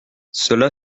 cela